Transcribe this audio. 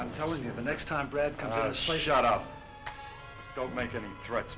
i'm telling you the next time brad shot up don't make any threats